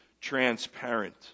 transparent